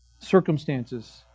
circumstances